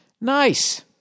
Nice